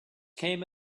came